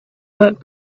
work